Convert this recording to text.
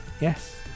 Yes